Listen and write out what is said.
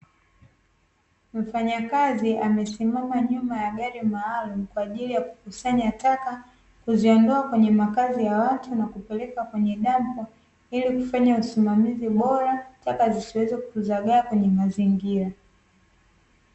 Mfanyakazi amesimama nyuma ya gari maalum kwa ajili ya kukusanya taka kuziondoa kwenye makazi ya watu na kupeleka kwenye dampo, ili kufanya usimamizi bora atka zisiweze kuzagaa kwenye mazingira.